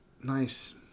Nice